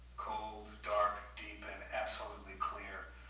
cold, dark, deep and absolutely clear,